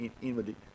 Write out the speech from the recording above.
inwardly